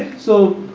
so,